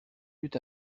eut